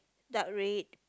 dark red